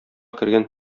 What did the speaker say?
кергән